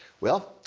well,